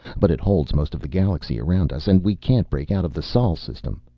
but it holds most of the galaxy around us, and we can't break out of the sol system.